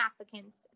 applicants